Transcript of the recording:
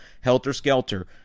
helter-skelter